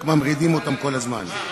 רק ממרידים אותם כל הזמן.